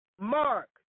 Mark